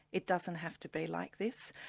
it doesn't have to be like this.